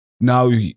Now